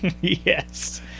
Yes